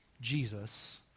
Jesus